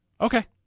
Okay